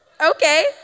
okay